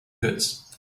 goods